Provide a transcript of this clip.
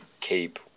keep